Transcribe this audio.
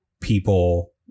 people